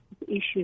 issues